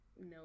no